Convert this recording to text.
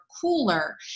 cooler